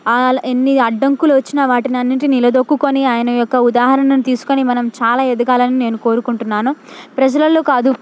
ఎన్ని అడ్డంకులు వచ్చినా వాటన్నింటిని నిలదొక్కుకొని ఆయన యొక్క ఉదాహారణను తీసుకొని మనం చాలా ఎదగాలని నేను కోరుకుంటున్నాను ప్రజలలో కాదు